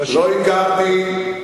לא הכרתי,